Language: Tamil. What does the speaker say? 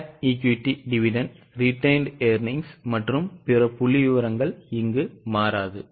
pat equity dividend retained earnings மற்றும் பிற புள்ளிவிவரங்கள் மாறாது